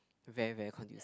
very very conducive